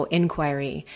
inquiry